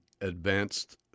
advanced